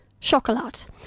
Chocolat